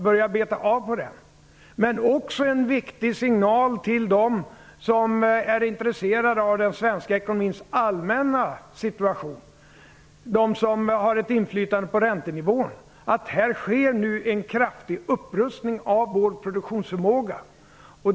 Men det är också en viktig signal till dem som är intresserade av den svenska ekonomins allmänna situation och har ett inflytande på räntenivån att det nu sker en kraftig upprustning av vår produktionsförmåga.